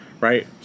right